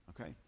Okay